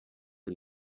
and